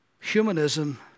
Humanism